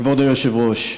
כבוד היושב-ראש,